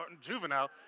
Juvenile